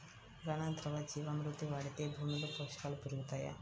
ఘన, ద్రవ జీవా మృతి వాడితే భూమిలో పోషకాలు పెరుగుతాయా?